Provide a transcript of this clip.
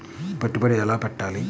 పెట్టుబడి ఎలా పెట్టాలి?